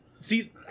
See